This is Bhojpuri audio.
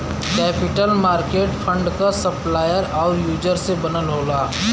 कैपिटल मार्केट फंड क सप्लायर आउर यूजर से बनल होला